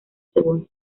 según